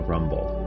Rumble